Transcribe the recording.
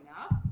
up